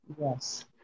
Yes